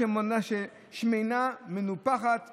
הנאמנות לשהידים שנפלו בצעדות ובהפגנות בתוך השטחים